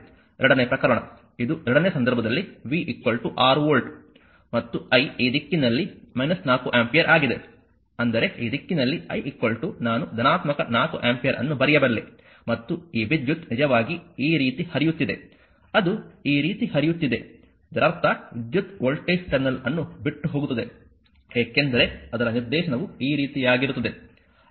ಎರಡನೇ ಪ್ರಕರಣ ಇದು ಎರಡನೇ ಸಂದರ್ಭದಲ್ಲಿ v 6 ವೋಲ್ಟ್ ಮತ್ತು I ಈ ದಿಕ್ಕಿನಲ್ಲಿ 4 ಆಂಪಿಯರ್ ಆಗಿದೆ ಅಂದರೆ ಈ ದಿಕ್ಕಿನಲ್ಲಿ I ನಾನು ಧನಾತ್ಮಕ 4 ಆಂಪಿಯರ್ ಅನ್ನು ಬರೆಯಬಲ್ಲೆ ಮತ್ತು ಈ ವಿದ್ಯುತ್ ನಿಜವಾಗಿ ಈ ರೀತಿ ಹರಿಯುತ್ತಿದೆ ಅದು ಈ ರೀತಿ ಹರಿಯುತ್ತಿದೆ ಇದರರ್ಥ ವಿದ್ಯುತ್ ವೋಲ್ಟೇಜ್ ಟರ್ಮಿನಲ್ ಅನ್ನು ಬಿಟ್ಟು ಹೋಗುತ್ತದೆ ಏಕೆಂದರೆ ಅದರ ನಿರ್ದೇಶನವು ಈ ರೀತಿಯಾಗಿರುತ್ತದೆ